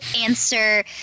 answer